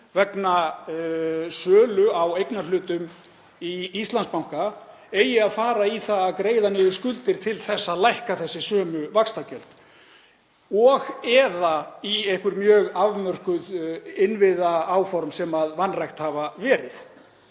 vegna sölu á eignarhlutum í Íslandsbanka eigi að fara í það að greiða niður skuldir til að lækka þessi sömu vaxtagjöld og/eða í einhver mjög afmörkuð innviðaáform sem vanrækt hafa verið.